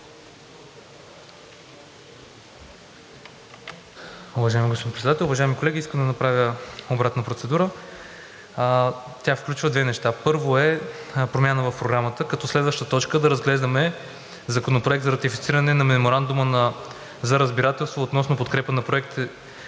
Уважаеми господин Председател, уважаеми колеги! Искам да направя обратна процедура. Тя включва две неща. Първо, промяна в Програмата, като следваща точка да разглеждаме Законопроекта за ратифициране на Меморандума за разбирателство относно подкрепа на проекти